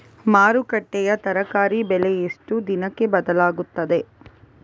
ಮಾರುಕಟ್ಟೆಯ ತರಕಾರಿ ಬೆಲೆ ಎಷ್ಟು ದಿನಕ್ಕೆ ಬದಲಾಗುತ್ತದೆ?